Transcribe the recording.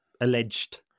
alleged